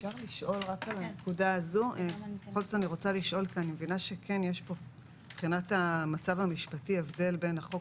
אני רוצה לשאול כי אני מבינה שיש מבחינת המצב המשפטי הבדל בין החוק